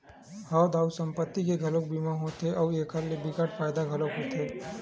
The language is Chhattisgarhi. हव दाऊ संपत्ति के घलोक बीमा होथे अउ एखर ले बिकट फायदा घलोक होथे